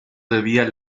debía